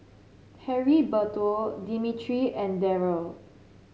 Heriberto Dimitri and Darryle